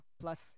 Plus